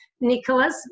Nicholas